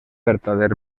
vertader